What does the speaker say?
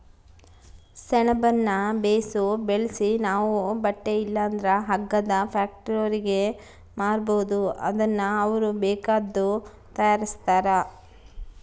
ಸೆಣಬುನ್ನ ಬೇಸು ಬೆಳ್ಸಿ ನಾವು ಬಟ್ಟೆ ಇಲ್ಲಂದ್ರ ಹಗ್ಗದ ಫ್ಯಾಕ್ಟರಿಯೋರ್ಗೆ ಮಾರ್ಬೋದು ಅದುನ್ನ ಅವ್ರು ಬೇಕಾದ್ದು ತಯಾರಿಸ್ತಾರ